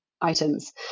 items